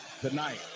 tonight